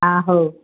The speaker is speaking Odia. ଆ ହଉ